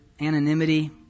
anonymity